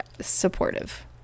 supportive